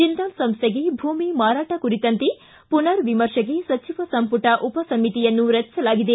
ಜಿಂದಾಲ್ ಸಂಸ್ಥೆಗೆ ಭೂಮಿ ಮಾರಾಟ ಕುರಿತಂತೆ ಪುನರ್ ವಿಮರ್ತೆಗೆ ಸಚಿವ ಸಂಪುಟ ಉಪ ಸಮಿತಿಯನ್ನು ರಚಿಸಲಾಗಿದೆ